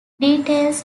details